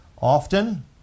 Often